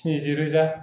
स्निजि रोजा